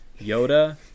Yoda